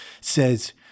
says